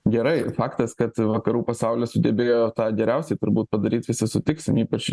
gerai faktas kad vakarų pasaulis sugebėjo tą geriausiai turbūt padaryt visi sutiksim ypač